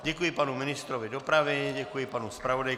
Děkuji panu ministrovi dopravy, děkuji panu zpravodaji.